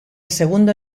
segundo